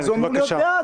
אז הוא אמור להיות בעד.